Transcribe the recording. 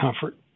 comfort